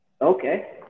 Okay